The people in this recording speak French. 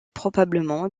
probablement